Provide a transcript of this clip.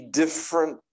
different